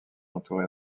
entourée